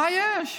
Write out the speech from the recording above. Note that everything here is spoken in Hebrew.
מה יש?